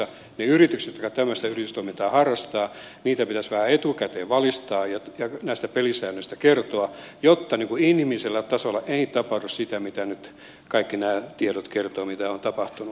niitä yrityksiä jotka tämmöistä yritystoimintaa harrastavat pitäisi vähän etukäteen valistaa ja näistä pelisäännöistä kertoa jotta inhimillisellä tasolla ei tapahdu sitä mitä nyt kaikki nämä tiedot kertovat mitä on tapahtunut